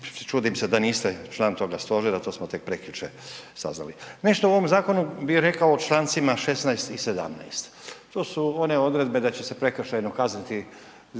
čudim se da niste član toga stožera, to smo tek prekjučer saznali. Nešto o ovom zakonu bi rekao o člancima 16.i 17.to su one odredbe da će se prekršajno kazniti